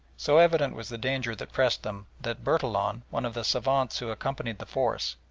so evident was the danger that pressed them that bertillon, one of the savants who accompanied the force,